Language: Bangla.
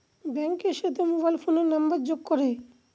ব্যাঙ্কের সাথে মোবাইল ফোনের নাম্বারের যোগ করে